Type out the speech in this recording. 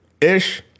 Ish